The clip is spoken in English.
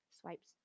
swipes